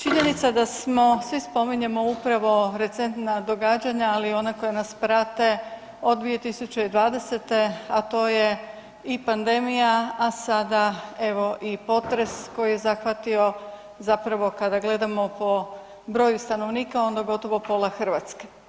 činjenica da smo, svi spominjemo upravo recentna događanja, ali i ona koja nas prate od 2020. a to je i pandemija, a sada evo i potres koji je zahvatio, zapravo kada gledamo po broju stanovnika, onda gotovo pola Hrvatske.